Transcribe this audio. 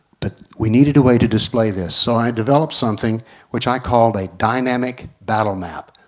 but we needed a way to display this so i develop something which i called a dynamic battle map.